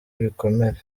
ibikomere